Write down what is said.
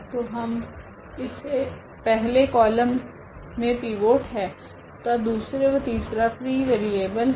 तो इस पहले कॉलम मे पिवोट है तथा दूसरा व तीसरा फ्री वेरिएबलस है